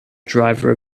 driver